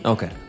Okay